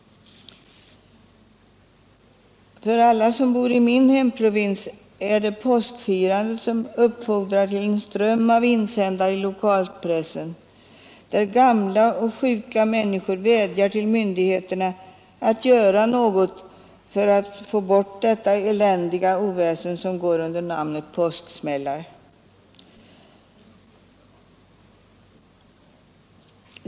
För alla som bor i min hemprovins är det påskfirandet som föranleder den starkaste strömmen av insändare i lokalpressen, och där vädjar gamla och sjuka människor till myndigheterna att göra något för att få bort detta eländiga oväsen som åstadkoms av s.k. påsksmällare.